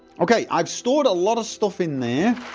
okay, i've stored a lot of stuff in there